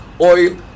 oil